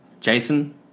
jason